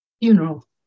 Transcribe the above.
Funeral